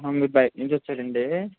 మీరు బయటనుంచి వచ్చారండీ